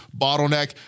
bottleneck